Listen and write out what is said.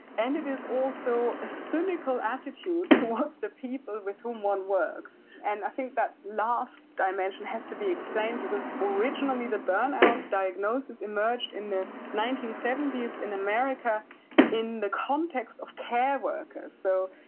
and it is also a cynical attitude towards the people with whom one works. and i think that last dimension has to be explained because originally the burnout diagnosis emerged in the nineteen seventy s in america in the context of care workers so,